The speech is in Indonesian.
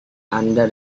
anda